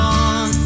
on